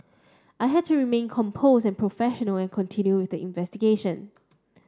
I had to remain composed and professional and continue with the investigation